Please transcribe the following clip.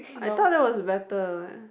I thought that was better eh